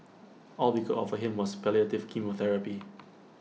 all we could offer him was palliative chemotherapy